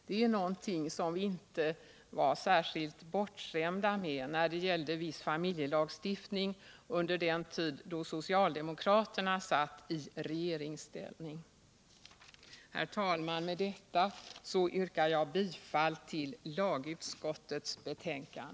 Det är någonting som vi inte var särskilt bortskämda med när det gällde viss familjelagstiftning under den tid då socialdemokraterna satt i regeringsställning. Herr talman! Med detta yrkar jag bifall till utskottets hemställan.